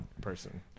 person